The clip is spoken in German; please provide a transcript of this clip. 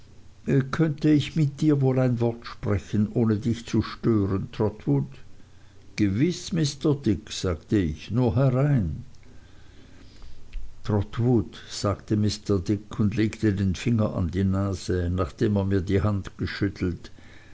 könnte ich mit dir wohl ein wort sprechen ohne dich zu stören trotwood gewiß mr dick sagte ich nur herein trotwood sagte mr dick und legte den finger an die nase nachdem er mir die hand geschüttelt